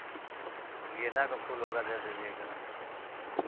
गेंदा का फूल होगा दे दिजीएगा